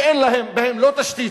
שאין בהם לא תשתית,